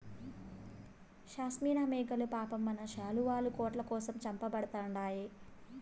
షాస్మినా మేకలు పాపం మన శాలువాలు, కోట్ల కోసం చంపబడతండాయి